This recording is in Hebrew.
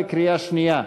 בקריאה שנייה.